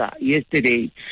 yesterday